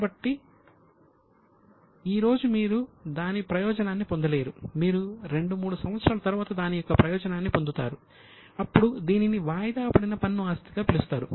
కాబట్టి ఈ రోజు మీరు దాని ప్రయోజనాన్ని పొందలేరు మీరు రెండు మూడు సంవత్సరాల తరువాత దాని యొక్క ప్రయోజనాన్ని పొందుతారు అప్పుడు దీనిని వాయిదాపడిన పన్ను ఆస్తిగా పిలుస్తారు